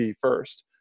first